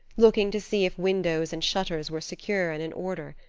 looking to see if windows and shutters were secure and in order.